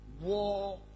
War